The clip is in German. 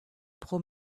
pro